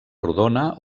rodona